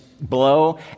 blow